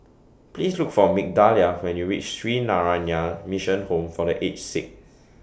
Please Look For Migdalia when YOU REACH Sree Narayana Mission Home For The Aged Sick